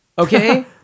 Okay